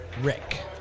Rick